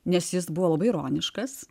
nes jis buvo labai ironiškas